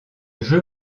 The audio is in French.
jeu